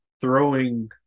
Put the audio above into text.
throwing